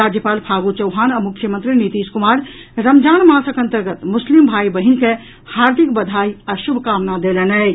राज्यपाल फागू चौहान आ मुख्यमंत्री नीतीश कुमार रमजान मासक अन्तर्गत मुस्लिम भाई बहिन के हार्दिक बधाई आ शुभकामना देलनि अछि